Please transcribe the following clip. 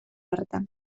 horretan